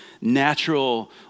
natural